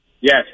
Yes